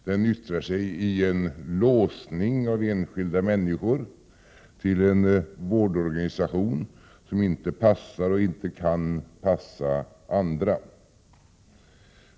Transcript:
Den yttrar sig i en låsning av enskilda människor till en vårdorganisation som inte passar och inte kan passa andra.